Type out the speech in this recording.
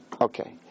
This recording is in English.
Okay